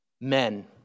Men